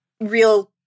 real